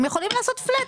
הם יכולים לעשות פלאט,